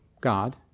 God